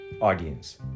audience